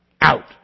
Out